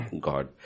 God